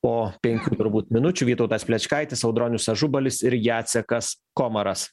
po penkių turbūt minučių vytautas plečkaitis audronius ažubalis ir jacekas komaras